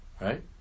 right